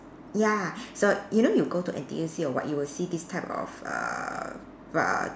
ya so you know you go to N_T_U_C or what you will see this type of uh uh